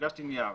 הגשתי נייר.